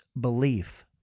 belief